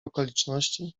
okoliczności